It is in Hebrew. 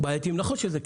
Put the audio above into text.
נכון שזה כסף.